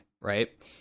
right